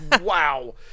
wow